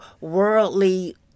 worldly